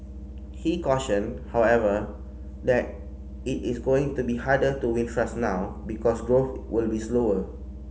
he cautioned however that it is going to be harder to win trust now because growth will be slower